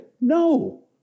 No